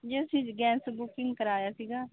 ਜੀ ਅਸੀਂ gas booking ਕਰਵਾਇਆ ਸੀਗਾ